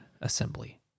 assembly